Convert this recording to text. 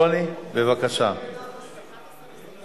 אחרי "שר המשפטים" יבוא "באישור היועץ המשפטי